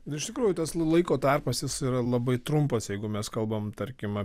iš tikrųjų tas laiko tarpas jis yra labai trumpas jeigu mes kalbam tarkim